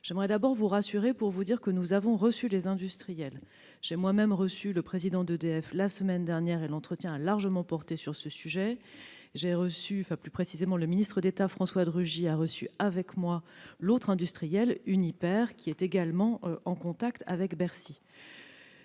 Je veux d'abord vous rassurer, nous avons reçu les industriels. J'ai moi-même reçu le président d'EDF, la semaine dernière, et l'entretien a largement porté sur ce sujet. Le ministre d'État, François de Rugy, a reçu, avec moi, l'autre industriel, Uniper, qui est également en contact avec Bercy.